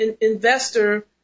investor